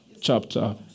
chapter